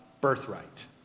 birthright